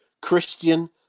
Christian